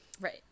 Right